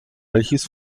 welches